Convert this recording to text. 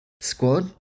squad